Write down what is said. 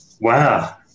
Wow